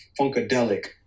funkadelic